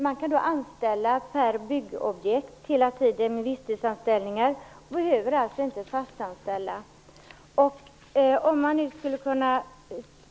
Man kan där med hjälp av visstidsanställningar anställa per byggobjekt och behöver alltså inte använda sig av fasta anställningar.